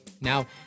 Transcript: Now